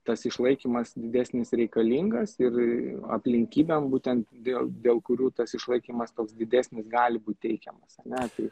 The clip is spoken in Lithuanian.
tas išlaikymas didesnis reikalingas ir aplinkybėm būtent dėl dėl kurių tas išlaikymas toks didesnis gali būt teikiamas ane tai